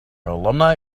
alumni